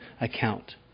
account